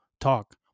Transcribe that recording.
talk